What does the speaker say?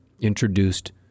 introduced